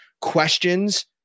questions